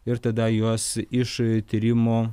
ir tada juos iš tyrimo